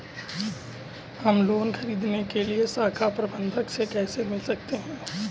हम लोन ख़रीदने के लिए शाखा प्रबंधक से कैसे मिल सकते हैं?